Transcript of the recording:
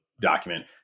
document